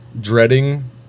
dreading